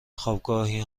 خوابگاهی